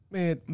Man